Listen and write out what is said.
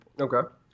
Okay